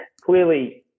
clearly